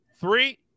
three